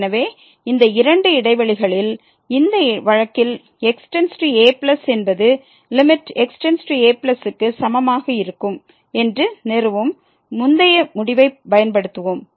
எனவே இந்த இரண்டு இடைவெளிகளில் இந்த வழக்கில் x→a என்பது க்கு சமமாக இருக்கும் என்று நிறுவும் முந்தைய முடிவைப் பயன்படுத்துவோம்